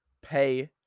Pay